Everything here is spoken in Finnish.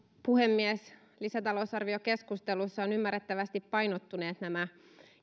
puhemies lisätalousarviokeskustelussa ovat ymmärrettävästi painottuneet nämä